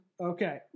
Okay